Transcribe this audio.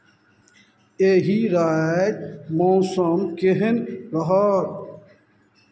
एहि राति मौसम केहन रहत